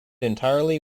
entirely